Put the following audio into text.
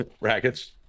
Rackets